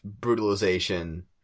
brutalization